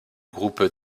groupe